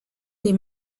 les